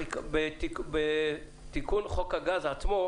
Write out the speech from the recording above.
תיקון חוק הגפ"מ,